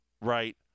Right